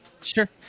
Sure